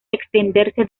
extenderse